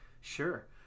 Sure